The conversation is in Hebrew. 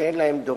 שאין להם דורש.